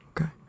okay